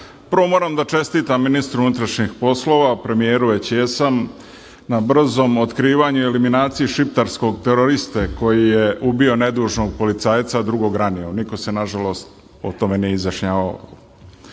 moram da čestitam ministru unutrašnjih poslova, premijeru već jesam na brzom otkrivanju i eliminaciji šiptarskog teroriste koji je ubio nedužnog policajca, a drugog ranio. Niko se nažalost o tome nije